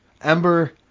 ember